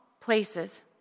places